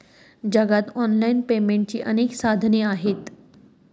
जगात ऑनलाइन पेमेंटची अनेक साधने आहेत